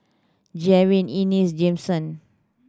Javen Ennis Jameson